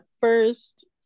first